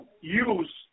use